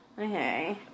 Okay